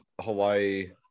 Hawaii